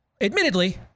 admittedly